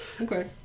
Okay